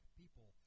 people